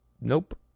nope